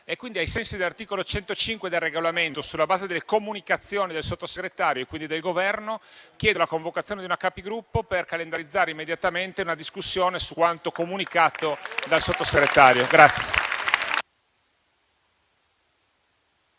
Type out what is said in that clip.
Pertanto, ai sensi dell'articolo 105 del Regolamento, sulla base delle comunicazioni del Sottosegretario e quindi del Governo, chiedo la convocazione di una Conferenza dei Capigruppo per calendarizzare immediatamente una discussione su quanto comunicato dal Sottosegretario.